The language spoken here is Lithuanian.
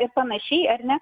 ir panašiai ar ne